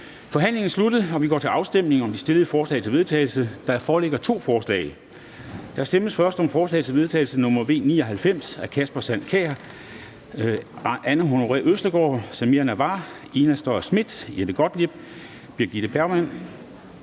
Forhandlingen er sluttet, og vi går til afstemning om de stillede forslag til vedtagelse. Der foreligger to forslag. Der stemmes først om forslag til vedtagelse nr. V 99 af Kasper Sand Kjær (S), Anne Honoré Østergaard (V), Samira Nawa (RV), Ina Strøjer-Schmidt (SF), Jette Gottlieb (EL), Birgitte Bergman